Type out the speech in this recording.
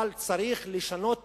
אבל צריך לשנות תפיסה.